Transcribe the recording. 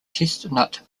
chestnut